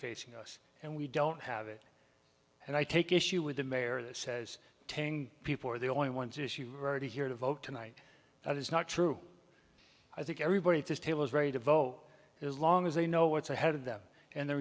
facing us and we don't have it and i take issue with the mayor that says telling people are the only ones issue already here to vote tonight that is not true i think everybody at this table is ready to vote as long as they know what's ahead of them and the